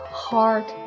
heart